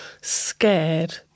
scared